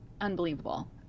unbelievable